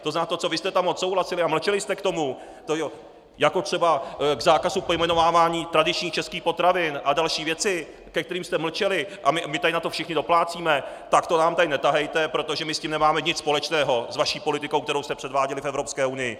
To znamená to, co vy jste tam odsouhlasili a mlčeli jste k tomu, jako třeba k zákazu pojmenovávání tradičních českých potravin a další věci, ke kterým jste mlčeli, a my tady na to všichni doplácíme, tak to nám tady netahejte, protože my s tím nemáme nic společného, s vaší politikou, kterou jste předváděli v Evropské unii!